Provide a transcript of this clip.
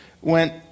went